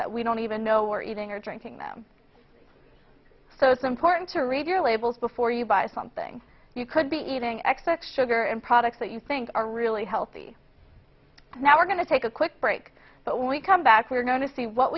that we don't even know we're eating or drinking them so it's important to read your labels before you buy something you could be eating x x sugar and products that you think are really healthy now we're going to take a quick break but when we come back we're going to see what